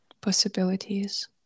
possibilities